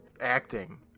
acting